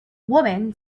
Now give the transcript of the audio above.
woman